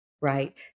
right